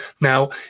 Now